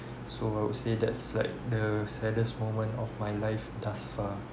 so I would say that's like the saddest moment of my life thus far